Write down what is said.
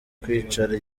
kwicara